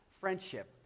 Friendship